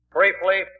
Briefly